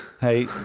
Hey